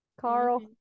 Carl